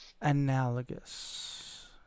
Analogous